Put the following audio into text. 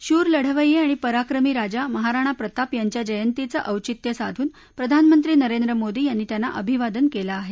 शूर लढवय्ये आणि पराक्रमी राजा महाराणा प्रताप यांच्या जयंतीचं औचित्य साधून प्रधानमंत्री नरेंद्र मोदी यांनी त्यांना अभिवादन केलं आहे